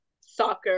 Soccer